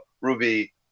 Ruby